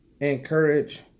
encourage